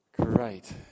Great